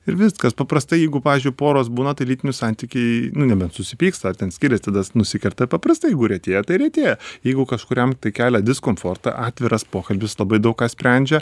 ir viskas paprastai jeigu pavyzdžiui poros būna tai lytinių santykiai nu nebent susipyksta ar ten skirias tada nusikerta paprastai jeigu retėja tai retėja jeigu kažkuriam tai kelia diskomfortą atviras pokalbis labai daug ką sprendžia